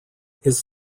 his